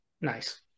Nice